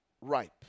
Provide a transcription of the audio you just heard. ripe